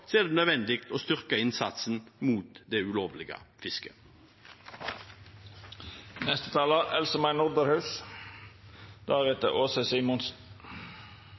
er det nødvendig å styrke innsatsen mot det ulovlige fisket. Jeg vil starte med å